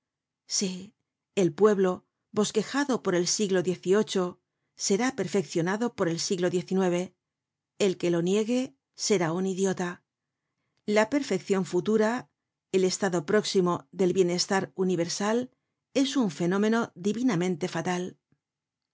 sí el pueblo bosquejado por el siglo xviii será perfeccionado por el siglo xix el que lo niegue será un idiota la perfeccion futura el estado próximo del bienestar universal es un fenómeno divinamente fatal